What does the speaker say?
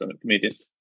comedians